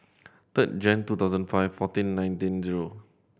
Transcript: third Jane two thousand five fourteen nineteen zero